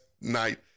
night